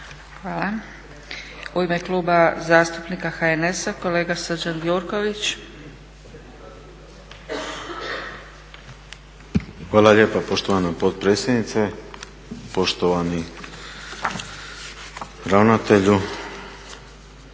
Hvala. U ime Kluba zastupnika HNS-a kolega Srđan Gjurković. **Gjurković, Srđan (HNS)** Hvala lijepa poštovana potpredsjednice, poštovani ravnatelju.